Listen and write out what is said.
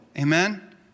Amen